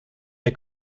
der